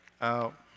out